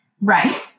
right